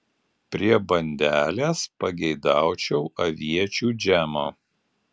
prie bandelės pageidaučiau aviečių džemo